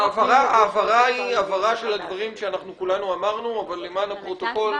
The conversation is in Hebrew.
ההבהרה היא הבהרה של הדברים שכולנו אמרנו אבל למען הפרוטוקול